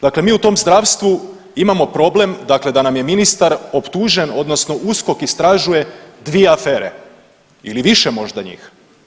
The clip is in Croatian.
Dakle mi u tom zdravstvu imamo problem dakle da nam je ministar optužen, odnosno USKOK istražuje dvije afere ili više možda njih.